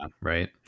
right